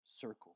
circle